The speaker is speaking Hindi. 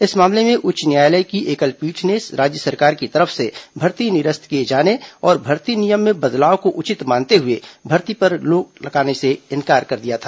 इस मामले में उच्च न्यायालय की एकलपीठ ने राज्य सरकार की तरफ से भर्ती निरस्त किए जाने और भर्ती नियम में बदलाव को उचित मानते हुए भर्ती में रोक लगाने से इंकार कर दिया था